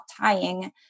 tying